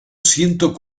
ciento